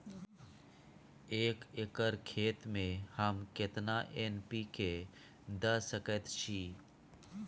एक एकर खेत में हम केतना एन.पी.के द सकेत छी?